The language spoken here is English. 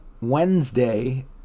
Wednesday